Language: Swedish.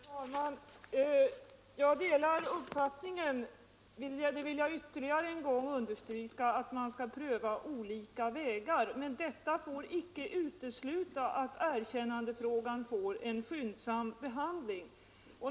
Herr talman! Jag delar den uppfattningen — det vill jag ytterligare en gång understryka — att man skall pröva olika vägar. Men detta får icke utesluta att erkännandefrågan ges en skyndsam behandling.